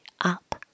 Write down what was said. up